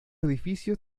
edificios